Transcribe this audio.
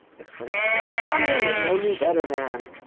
exclaimed the ghost. come in! and know me better, man!